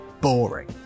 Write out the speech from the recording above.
boring